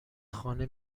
خانه